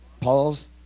Paul's